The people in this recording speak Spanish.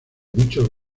muchos